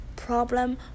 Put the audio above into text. problem